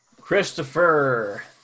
Christopher